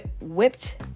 whipped